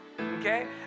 Okay